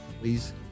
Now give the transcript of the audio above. Please